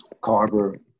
Carver